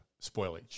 spoilage